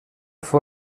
fou